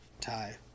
tie